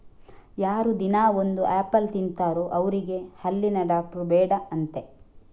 ಯಾರು ದಿನಾ ಒಂದು ಆಪಲ್ ತಿಂತಾರೋ ಅವ್ರಿಗೆ ಹಲ್ಲಿನ ಡಾಕ್ಟ್ರು ಬೇಡ ಅಂತೆ